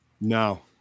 No